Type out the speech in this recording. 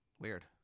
Weird